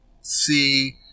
see